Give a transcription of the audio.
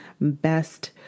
best